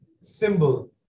symbol